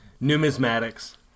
Numismatics